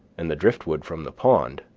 and the driftwood from the pond,